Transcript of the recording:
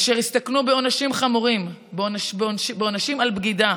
אשר הסתכנו בעונשים חמורים, בעונשים על בגידה,